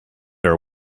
our